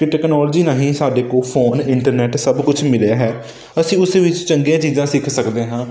ਕਿ ਟੈਕਨੋਲੋਜੀ ਨਹੀਂ ਸਾਡੇ ਕੋਲ ਫੋਨ ਇੰਟਰਨੈਟ ਸਭ ਕੁਝ ਮਿਲਿਆ ਹੈ ਅਸੀਂ ਉਸ ਵਿੱਚ ਚੰਗੀਆਂ ਚੀਜ਼ਾਂ ਸਿੱਖ ਸਕਦੇ ਹਾਂ